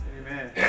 Amen